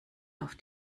auf